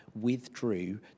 withdrew